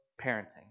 parenting